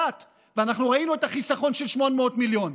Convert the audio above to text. ואנחנו ראינו את החיסכון של 800 מיליון.